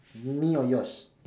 me or yours